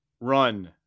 run